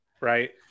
Right